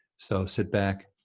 so sit back,